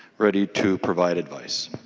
ready to provide advice